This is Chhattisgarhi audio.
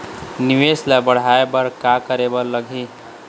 निवेश ला बड़हाए बर का करे बर लगही?